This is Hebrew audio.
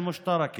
למעט המשותפת,